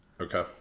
Okay